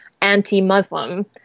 anti-Muslim